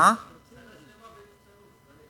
שנה שלמה הוא בנבצרות.